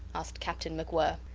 asked captain macwhirr.